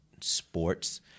sports